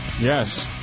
Yes